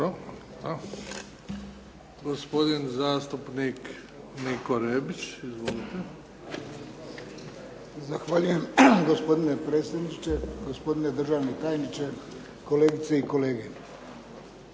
Hvala. Gospodin zastupnik Niko Rebić. Izvolite. **Rebić, Niko (HDZ)** Zahvaljujem. Gospodine predsjedniče, gospodine državni tajniče, kolegice i kolege.